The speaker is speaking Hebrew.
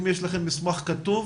אם יש לכם מסמך כתוב